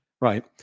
right